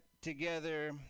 together